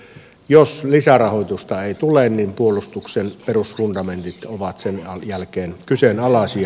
jos lisärahoitusta ei tule niin puolustuksen perusfundamentit ovat sen jälkeen kyseenalaisia